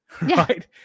right